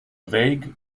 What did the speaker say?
weg